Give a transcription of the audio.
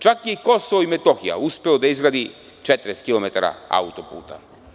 Čak je i Kosovo i Metohija uspelo da izgradi 40 km auto-puta.